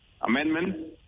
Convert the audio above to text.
amendment